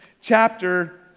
chapter